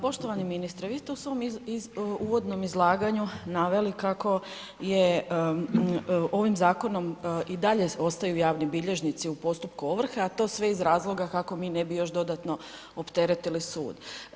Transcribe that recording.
Poštovani ministre, vi ste u svom uvodnom izlaganju naveli kako je i ovim zakonom i dalje ostaju javni bilježnici u postupku ovrhe, a to sve iz razloga kako mi ne bi još dodatno opteretili sud.